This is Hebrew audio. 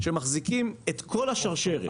הם מחזיקים את כל השרשרת,